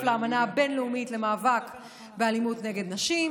לאמנה הבין-לאומית למאבק באלימות נגד נשים,